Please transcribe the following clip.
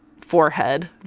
forehead